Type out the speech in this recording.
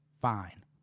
Fine